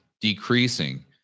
decreasing